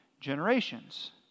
generations